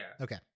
Okay